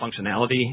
functionality